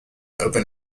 open